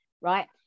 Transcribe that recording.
right